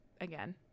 again